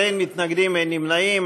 בעד, 16, אין מתנגדים, אין נמנעים.